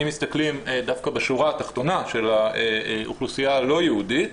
אם מסתכלים דווקא בשורה התחתונה של האוכלוסייה הלא יהודית,